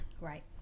Right